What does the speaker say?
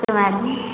okay madam